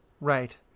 Right